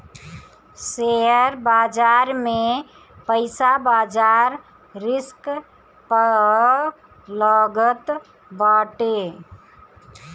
share बाजार में पईसा बाजार रिस्क पअ लागत बाटे